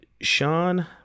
Sean